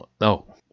no